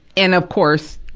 and, of course,